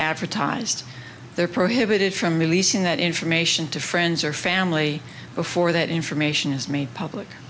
advertised they're prohibited from releasing that information to friends or family before that information is made public